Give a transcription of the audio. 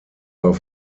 auf